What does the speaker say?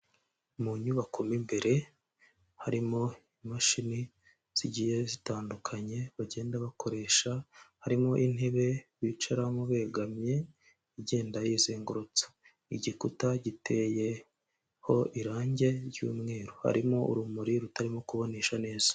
Mu nyubako mo imbere harimo imashini zigiye zitandukanye bagenda bakoresha, harimo intebe bicaramo begamye igenda yizengurutsa, igikuta giteyeho irange ry'umweru, harimo urumuri rutarimo kubonesha neza.